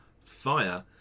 fire